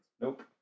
Nope